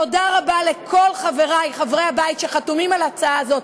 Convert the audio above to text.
תודה רבה לכל חברי חברי הבית שחתומים על ההצעה הזאת,